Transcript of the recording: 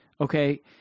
Okay